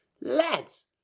lads